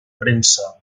premsa